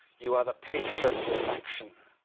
you are the patron of the faction.